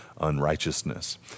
unrighteousness